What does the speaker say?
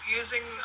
using